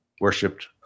worshipped